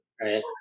Right